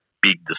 big